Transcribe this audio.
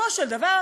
בסופו של דבר